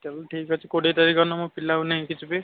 ତା'ହେଲେ ଠିକ୍ ଅଛି କୋଡ଼ିଏ ତାରିଖ ଦିନ ମୁଁ ପିଲାକୁ ନେଇକି ଯିବି